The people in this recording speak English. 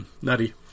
Nutty